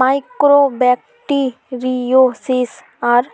mycobacteriosis or